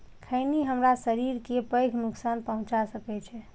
खैनी हमरा शरीर कें पैघ नुकसान पहुंचा सकै छै